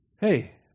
Hey